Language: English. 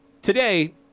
Today